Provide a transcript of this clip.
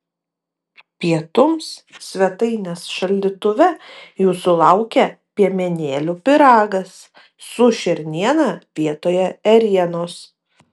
pietums svetainės šaldytuve jūsų laukia piemenėlių pyragas su šerniena vietoje ėrienos